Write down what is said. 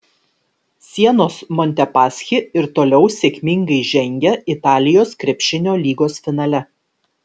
sienos montepaschi ir toliau sėkmingai žengia italijos krepšinio lygos finale